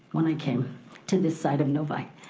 when i came to this side of novi.